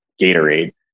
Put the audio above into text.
Gatorade